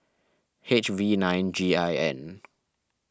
H V nine G I N